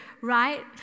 right